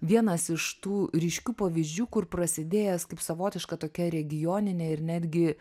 vienas iš tų ryškių pavyzdžių kur prasidėjęs kaip savotiška tokia regioninė ir netgi